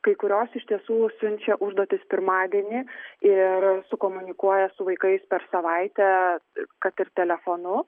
kai kurios iš tiesų siunčia užduotis pirmadienį ir sukomunikuoja su vaikais per savaitę kad ir telefonu